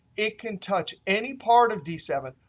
it can touch any part of d seven.